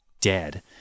dead